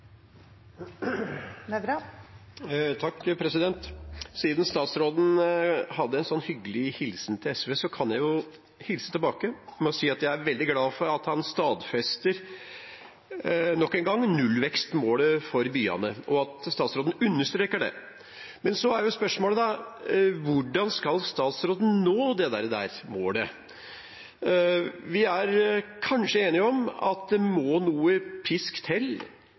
statsråden hadde en sånn hyggelig hilsen til SV, kan jeg hilse tilbake med å si at jeg er veldig glad for at han nok en gang stadfester nullvekstmålet for byene, og at statsråden understreker det. Men så er spørsmålet: Hvordan skal statsråden nå det målet? Vi er kanskje enige om at det må noe pisk til